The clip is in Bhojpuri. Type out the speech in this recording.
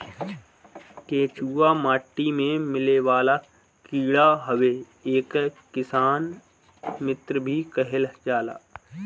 केचुआ माटी में मिलेवाला कीड़ा हवे एके किसान मित्र भी कहल जाला